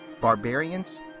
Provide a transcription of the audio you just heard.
Barbarians